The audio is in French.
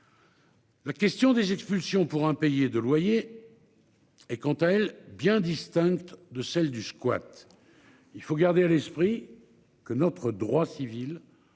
La question des expulsions pour impayés de loyer. Et quant à elle bien distincte de celle du squat. Il faut garder à l'esprit que notre droit civil.